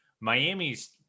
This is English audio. Miami's